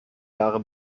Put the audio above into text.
jahre